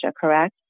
correct